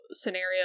scenario